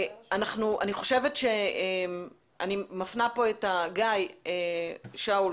אני מפנה פה את גיא, שאול